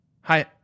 hi